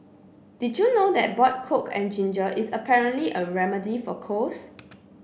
did you know that boiled coke and ginger is apparently a remedy for colds